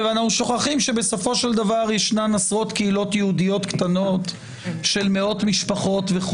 אבל אנחנו שוכחים שישנן עשרות קהילות יהודיות קטנות של מאות משפחות.